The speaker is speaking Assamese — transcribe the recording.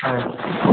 হয়